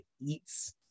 eats